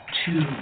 two